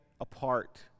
apart